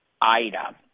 Ida